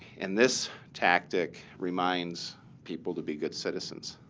and this tactic reminds people to be good citizens.